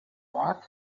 what